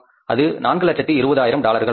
அது 420000 டாலர்கள் ஆகும்